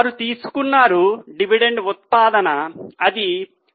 వారు తీసుకున్నారు డివిడెండ్ ఉత్పాదన అది 0